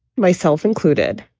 myself included,